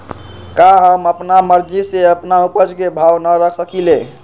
का हम अपना मर्जी से अपना उपज के भाव न रख सकींले?